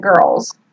girls